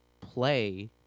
play